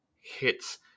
hits